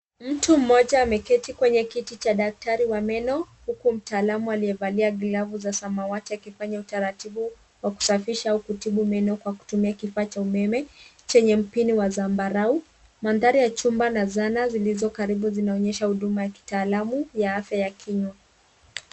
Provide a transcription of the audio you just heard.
Mtu mmoja ameketi kwenye kiti cha daktari wa meno huku mtaalamu aliyevalia glavu za samawati akifanya utaratibu wa kusafisha au kutibu meno kwa kutumia kifaa cha umeme chenye mpini wa zambarau. Mandhari ya chumba na zana zilizo karibu zinaonyesha huduma ya kitaalamu ya afya ya kinywa.